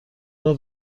راه